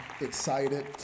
excited